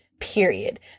period